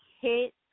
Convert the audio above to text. hit